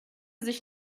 sich